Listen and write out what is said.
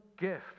gift